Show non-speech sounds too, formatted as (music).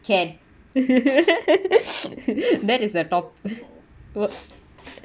can (laughs) that is the topic